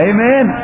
Amen